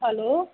hello